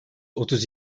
otuz